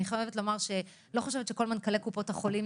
אני לא חושבת שכל מנכ"לי קופות החולים